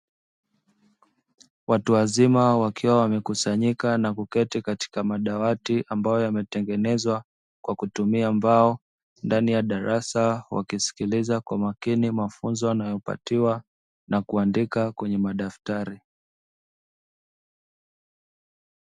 Watu wazima wakiwa wamekusanyika na kuketi katika madawati ambayo yametengenezwa kwa kutumia mbao ndani ya darasa wakisikiliza kwa makini mafunzo wanayopatiwa na kuandika kwenye madaftari.